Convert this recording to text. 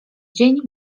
dzień